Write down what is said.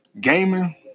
Gaming